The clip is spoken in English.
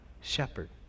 shepherd